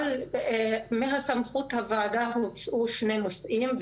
אבל מסמכות הוועדה הוצאו שני נושאים,